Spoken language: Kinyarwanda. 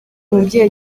umubyeyi